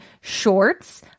shorts